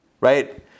right